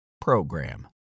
program